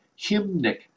hymnic